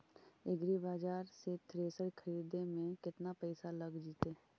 एग्रिबाजार से थ्रेसर खरिदे में केतना पैसा लग जितै?